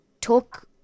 talk